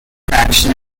fraction